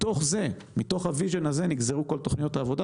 מתוך כך נגזר החזון שלנו,